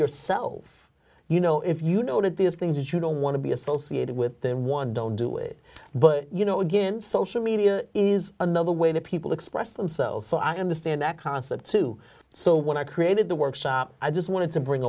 yourself you know if you noted these things you don't want to be associated with them one don't do it but you know again social media is another way to people express themselves so i understand that concept too so when i created the workshop i just wanted to bring